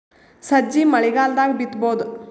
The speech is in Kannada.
ಸಜ್ಜಿ ಮಳಿಗಾಲ್ ದಾಗ್ ಬಿತಬೋದ?